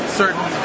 certain